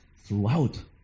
throughout